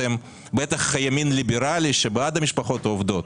אתם בטח ימין ליברלי שבעד משפחות עובדות.